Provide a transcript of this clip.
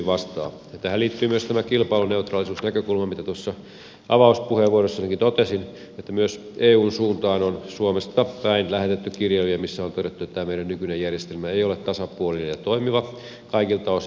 tähän liittyy myös tämä kilpailuneutraalisuusnäkökulma josta tuossa avauspuheenvuorossanikin totesin että myös eun suuntaan on suomesta päin lähetetty kirjelmiä joissa on todettu että tämä meidän nykyinen järjestelmä ei ole tasapuolinen ja toimiva kaikilta osin